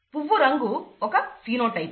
పువ్వు రంగు ఒక ఫినోటైప్